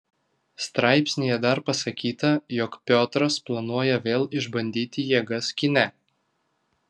straipsnyje dar pasakyta jog piotras planuoja vėl išbandyti jėgas kine